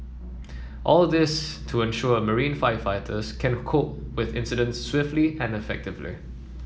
all this to ensure marine firefighters can cope with incidents swiftly and effectively